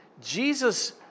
Jesus